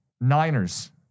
Niners